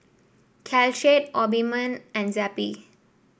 Caltrate Obimin and Zappy